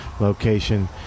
location